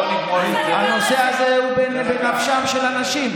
בואו נגמור עם, הנושא הזה הוא בנפשם של אנשים.